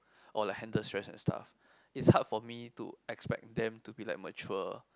or like handle stress and stuff it's hard for me to expect them to be like mature